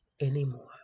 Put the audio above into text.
anymore